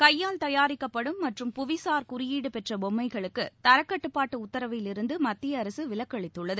கையால் தயாரிக்கப்படும் மற்றும் புவிசார் குறியீடு பெற்ற பொம்மைகளுக்கு தரக்கட்டுப்பாட்டு உத்தரவில் இருந்து மத்திய அரசு விலக்களித்துள்ளது